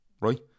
right